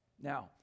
Now